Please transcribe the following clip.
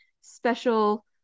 special